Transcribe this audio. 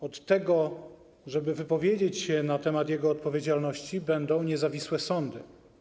Od tego, żeby wypowiedzieć się na temat jego odpowiedzialności, będą niezawisłe sądy.